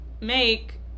make